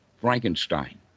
frankenstein